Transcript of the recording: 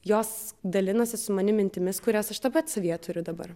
jos dalinasi su manim mintimis kurias aš taip pat savyje turiu dabar